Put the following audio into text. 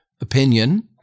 opinion